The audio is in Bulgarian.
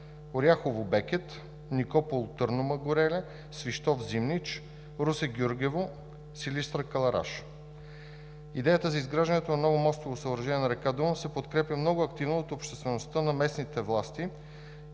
Оряхово – Бекет, Никопол – Турну Мъгуреле, Свищов – Зимнич, Русе – Гюргево, Силистра – Кълъраш. Идеята за изграждане на ново мостово съоръжение на река Дунав се подкрепя много активно от обществеността и местните власти